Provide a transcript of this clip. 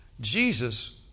Jesus